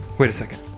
wait a second.